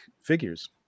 figures